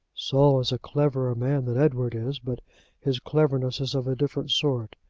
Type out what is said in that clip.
saul is a cleverer man than edward is but his cleverness is of a different sort.